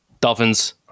Dolphins